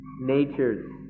natures